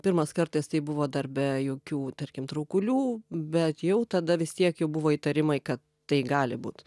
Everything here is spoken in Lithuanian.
pirmas kartas tai buvo dar be jokių tarkim traukulių bet jau tada vis tiek jau buvo įtarimai kad tai gali būt